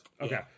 Okay